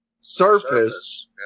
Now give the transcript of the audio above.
surface